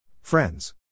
Friends